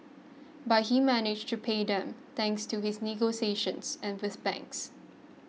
but he managed to pay them thanks to his negotiations and with banks